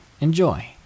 enjoy